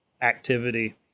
activity